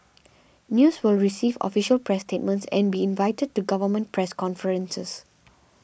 News will receive official press statements and be invited to government press conferences